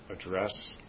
address